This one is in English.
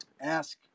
ask